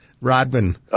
Rodman